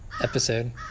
episode